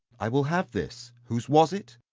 i will have this. whose was it?